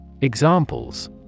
Examples